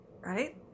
right